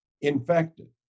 infected